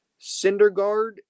Cindergaard